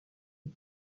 des